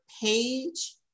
page